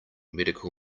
medical